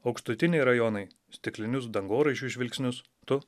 aukštutiniai rajonai stiklinius dangoraižių žvilgsnius tu